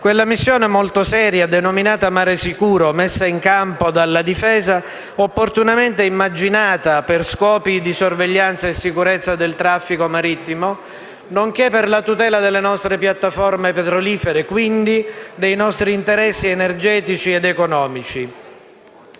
quella missione molto seria, denominata Mare sicuro, messa in campo dalla Difesa, opportunamente immaginata per scopi di sorveglianza e sicurezza del traffico marittimo, nonché per la tutela delle nostre piattaforme petrolifere, quindi dei nostri interessi energetici ed economici.